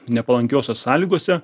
nepalankiose sąlygose